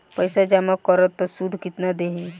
पैसा जमा करम त शुध कितना देही?